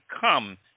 Come